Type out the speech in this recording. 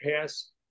pass